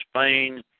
Spain